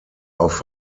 auf